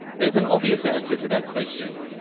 there's an obvious answer to that question.